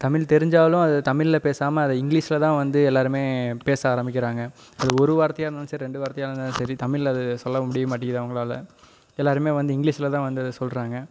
தமிழ் தெரிஞ்சாலும் அது தமிழில் பேசாமல் அதை இங்கிலிஷில் தான் வந்து எல்லாருமே பேச ஆரமிக்கிறாங்க அந்த ஒரு வார்த்தையாக இருந்தாலும் சரி ரெண்டு வார்த்தையாக இருந்தாலும் சரி தமிழில் அது சொல்ல முடிய மாட்டிங்கிது அவங்களால் எல்லாருமே வந்து இங்கிலிஷில் தான் வந்து அதை சொல்லுறாங்க